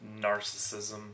narcissism